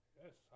yes